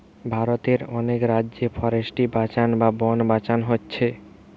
ভারতের অনেক রাজ্যে ফরেস্ট্রি বাঁচানা বা বন বাঁচানা হচ্ছে